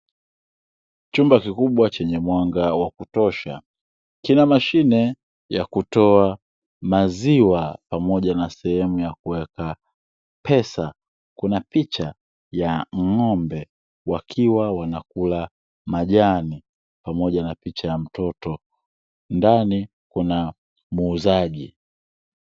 Chumba kikubwa chenye mwanga wa kutosha, kina mashine ya kutoa maziwa pamoja na sehemu ya kuweka pesa. Kuna picha ya ng'ombe wakiwa wanakula majani pamoja na picha ya mtoto. Ndani kuna muuzaji.